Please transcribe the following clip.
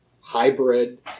hybrid